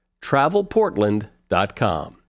TravelPortland.com